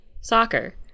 soccer